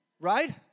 right